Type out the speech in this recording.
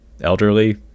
elderly